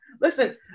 Listen